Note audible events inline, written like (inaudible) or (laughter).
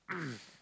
(coughs)